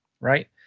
right